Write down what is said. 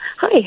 Hi